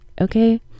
okay